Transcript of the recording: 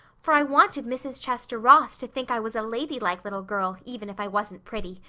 for i wanted mrs. chester ross to think i was a ladylike little girl even if i wasn't pretty.